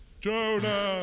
Jonah